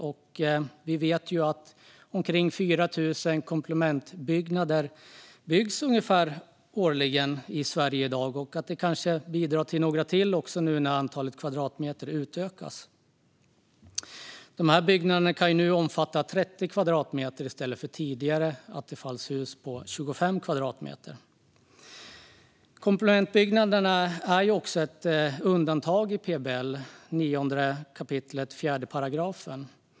Vi vet att det byggs omkring 4 000 komplementbyggnader årligen i Sverige. Det kanske blir några till nu när antalet kvadratmeter utökas. Dessa byggnader kommer då att kunna omfatta 30 kvadratmeter i stället för, som tidigare, 25 kvadratmeter. Komplementbyggnaderna utgör ett undantag i PBL 9 kap. 4 §.